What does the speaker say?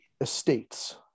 estates